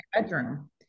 bedroom